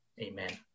amen